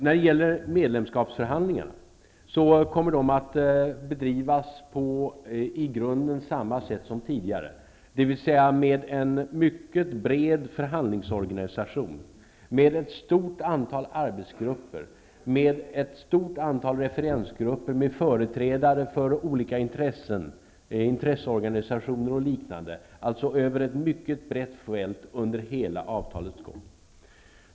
När det gäller medlemskapsförhandlingarna kommer de i grunden att bedrivas på samma sätt som tidigare med en mycket bred förhandlingsorganisation, ett stort antal arbetsgrupper, ett stort antal referensgrupper med företrädare för olika intresseorganisationer och liknande, dvs. över ett mycket brett fält under hela avtalets gång.